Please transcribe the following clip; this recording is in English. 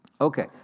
Okay